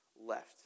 left